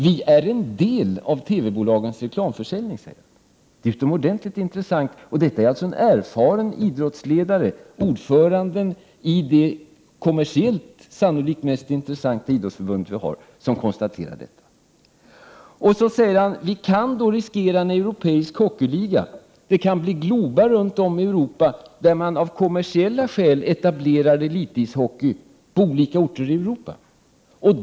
”Vi är en del av TV-bolagens reklamförsäljning” , säger han. Det är utomordentligt intressant, och det är alltså en erfaren idrottsledare, ordföranden i det kommersiellt sannolikt mest intressanta idrottsförbund som vi har som konstaterar detta. Så säger han vidare att vi kan riskera en europeisk hockeyliga. Det kan bli ”Globar” runt om i Europa där man av kommersiella skäl etablerar elitishockey på olika orter i Europa.